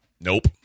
Nope